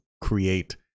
create